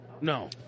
No